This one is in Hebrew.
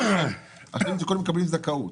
קודם מקבלים זכאות.